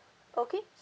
okay